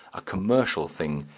a commercial thing,